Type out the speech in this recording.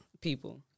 people